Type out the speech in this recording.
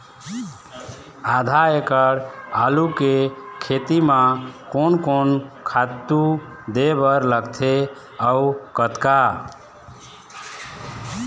आधा एकड़ आलू के खेती म कोन कोन खातू दे बर लगथे अऊ कतका?